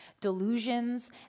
delusions